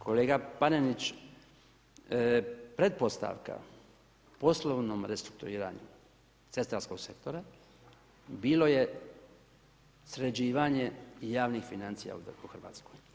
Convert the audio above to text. Kolega Panenić, pretpostavka poslovnom restrukturiranju cestarskog sektora i bilo je sređivanje javnih financija u RH.